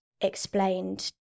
explained